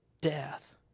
death